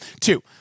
two